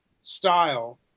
style